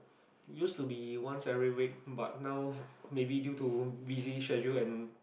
used to be once every week but now maybe due to busy schedule and